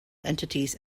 entities